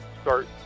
start